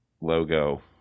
logo